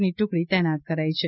ની ટુકડી તૈનાત કરાઇ છે